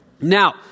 Now